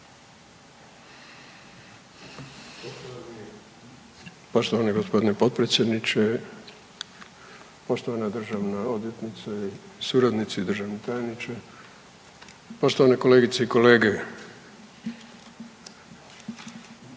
Poštovani gospodine potpredsjedniče, poštovana državna odvjetnice, suradnici i državni tajniče, poštovane kolegice i kolege,